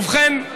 ובכן,